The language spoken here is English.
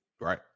Right